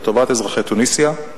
לטובת אזרחי תוניסיה.